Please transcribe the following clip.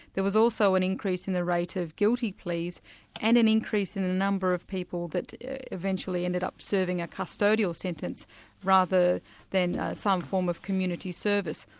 there was also an increase in the rate of guilty pleas and an increase in the number of people that eventually ended up serving a custodial sentence rather than some form of community service.